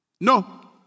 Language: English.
No